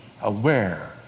aware